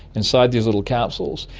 inside these little capsules,